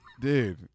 dude